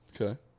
Okay